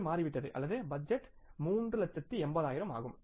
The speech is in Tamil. இது மாறிவிட்டது அல்லது பட்ஜெட் 380000 ஆகும்